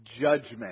judgment